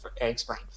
explain